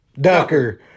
Ducker